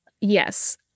yes